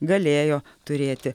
galėjo turėti